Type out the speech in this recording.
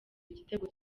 igitego